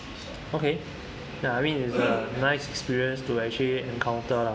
okay ya I mean is a nice experience to actually encounter lah